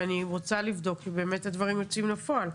ואני רוצה לבדוק אם באמת הדברים יוצאים לפועל,